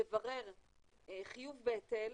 לברר חיוב בהיטל,